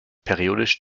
periodisch